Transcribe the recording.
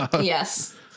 yes